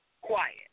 Quiet